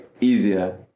easier